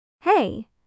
Hey